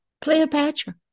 Cleopatra